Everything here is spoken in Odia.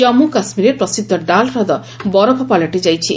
ଜାମ୍ମ କାଶ୍ମୀରରେ ପ୍ରସିଦ୍ଧ ଡାଲ୍ହ୍ରଦ ବରଫ ପାଲଟିଯାଇଛି